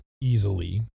easily